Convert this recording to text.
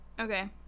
Okay